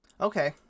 okay